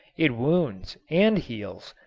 it wounds and heals.